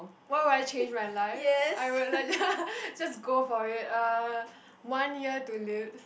why will I change my life I would like just just go for it uh one year to live